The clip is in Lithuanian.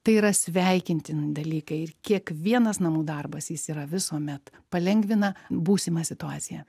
tai yra sveikintini dalykai ir kiekvienas namų darbas jis yra visuomet palengvina būsimą situaciją